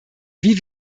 wie